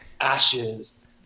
ashes